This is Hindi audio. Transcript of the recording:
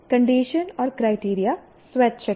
कंडीशन और क्राइटेरिया स्वैच्छिक हैं